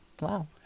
Wow